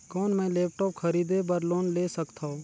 कौन मैं लेपटॉप खरीदे बर लोन ले सकथव?